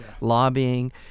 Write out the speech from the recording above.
lobbying